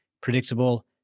predictable